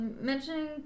mentioning